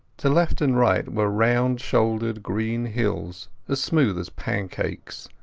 to left and right were round-shouldered green hills as smooth as pancakes,